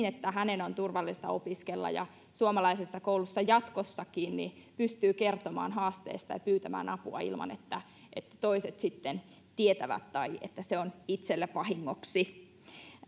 että hänen on turvallista opiskella ja että suomalaisessa koulussa jatkossakin pystyy kertomaan haasteista ja pyytämään apua ilman että että toiset tietävät tai että se on itselle vahingoksi